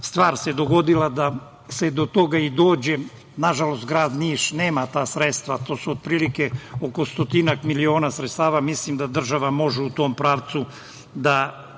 stvar dogodila da se do toga i dođe. Nažalost, grad Niš nema ta sredstva. Radi se otprilike oko stotinak miliona. Mislim da država može u tom pravcu da